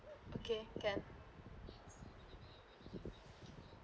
okay can